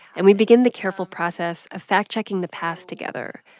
and we begin the careful process of fact-checking the past together,